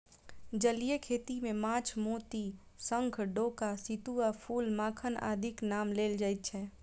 जलीय खेती मे माछ, मोती, शंख, डोका, सितुआ, फूल, मखान आदिक नाम लेल जाइत छै